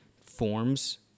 forms